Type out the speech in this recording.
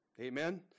amen